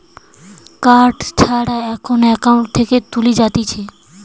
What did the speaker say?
card ছাড়া এখন account থেকে তুলে যাতিছে